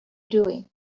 doing